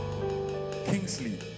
Kingsley